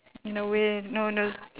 in a way know those